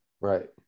right